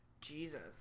Jesus